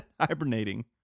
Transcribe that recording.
hibernating